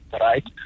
right